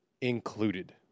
included